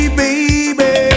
baby